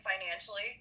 financially